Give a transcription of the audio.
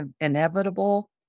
inevitable